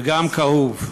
וגם כאוב,